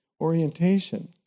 orientation